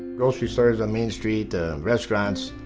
grocery stores and main street restaurants,